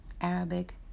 Arabic